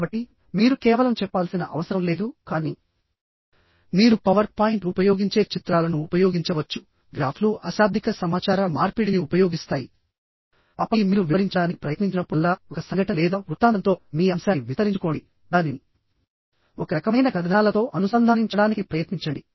కాబట్టిమీరు కేవలం చెప్పాల్సిన అవసరం లేదుకానీ మీరు పవర్ పాయింట్ ఉపయోగించే చిత్రాలను ఉపయోగించవచ్చు గ్రాఫ్లు అశాబ్దిక సమాచార మార్పిడిని ఉపయోగిస్తాయిఆపై మీరు వివరించడానికి ప్రయత్నించినప్పుడల్లా ఒక సంఘటన లేదా వృత్తాంతంతో మీ అంశాన్ని విస్తరించుకోండి దానిని ఒక రకమైన కథనాలతో అనుసంధానించడానికి ప్రయత్నించండి